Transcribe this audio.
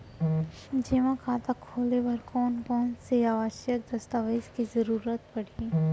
जेमा खाता खोले बर कोन कोन से आवश्यक दस्तावेज के जरूरत परही?